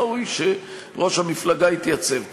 ראוי שראש המפלגה יתייצב כאן,